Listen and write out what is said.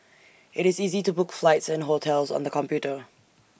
IT is easy to book flights and hotels on the computer